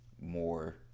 more